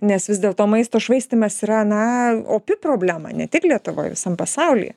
nes vis dėl to maisto švaistymas yra na opi problema ne tik lietuvoj visam pasauly